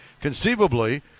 conceivably